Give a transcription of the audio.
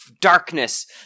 darkness